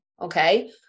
Okay